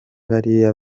bariya